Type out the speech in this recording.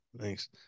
Thanks